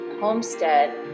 homestead